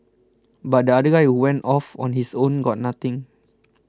but the other guy who went off on his own got nothing